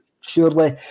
surely